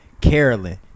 Carolyn